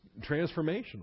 transformational